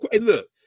look